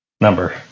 number